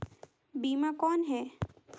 बीमा कौन है?